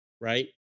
right